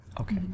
Okay